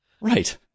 Right